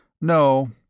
No